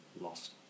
lost